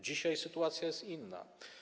Dzisiaj sytuacja jest inna.